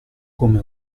come